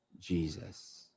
Jesus